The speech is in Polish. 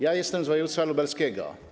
Ja jestem z województwa lubelskiego.